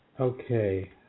Okay